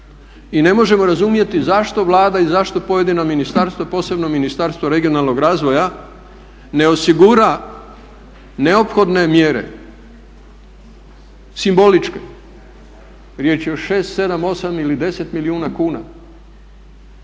i ne možemo razumjeti zašto Vlada i zašto pojedina ministarstva, posebno Ministarstvo regionalnog razvoja ne osigura potrebne mjere simboličke. Riječ je o 6, 7, 8 ili 10 milijuna kuna